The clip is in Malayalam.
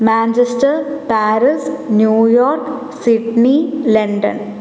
Manchester Paris New York Sydney London